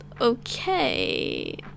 okay